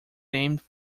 named